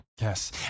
Yes